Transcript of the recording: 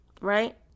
right